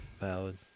Valid